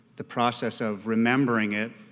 the process of remembering it,